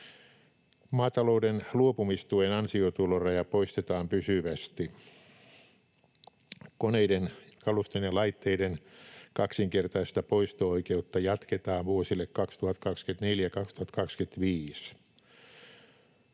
Maatalouden luopumistuen ansiotuloraja poistetaan pysyvästi. Koneiden, kaluston ja laitteiden kaksinkertaista poisto-oikeutta jatketaan vuosille 2024—2025.